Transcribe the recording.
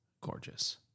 gorgeous